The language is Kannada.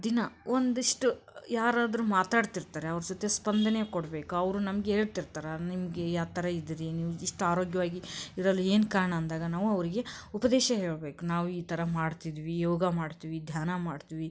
ದಿನಾ ಒಂದಿಷ್ಟು ಯಾರಾದ್ರೂ ಮಾತಾಡ್ತಿರ್ತಾರೆ ಅವ್ರ ಜೊತೆ ಸ್ಪಂದನೆ ಕೊಡ್ಬೇಕು ಅವರು ನಮ್ಗೆ ಹೇಳ್ತಿರ್ತಾರ ನಿಮಗೆ ಯಾವ ತರ ಇದ್ದೀರಿ ನೀವು ಇಷ್ಟು ಆರೋಗ್ಯವಾಗಿ ಇರಲು ಏನು ಕಾರಣ ಅಂದಾಗ ನಾವು ಅವ್ರಿಗೆ ಉಪದೇಶ ಹೇಳ್ಬೇಕು ನಾವು ಈ ಥರ ಮಾಡ್ತಿದ್ವಿ ಯೋಗ ಮಾಡ್ತೀವಿ ಧ್ಯಾನ ಮಾಡ್ತೀವಿ